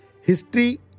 history